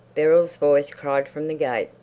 beryl's voice cried from the gate.